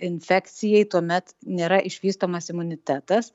infekcijai tuomet nėra išvystomas imunitetas